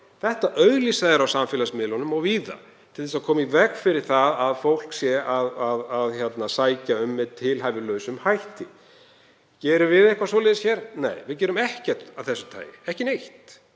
Þetta auglýsa þeir á samfélagsmiðlum og víðar til að koma í veg fyrir að fólk sé að sækja um með tilhæfulausum hætti. Gerum við eitthvað svoleiðis hér? Nei, við gerum ekkert af þessu tagi, ekki neitt.